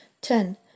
ten